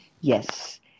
Yes